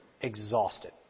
exhausted